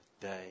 day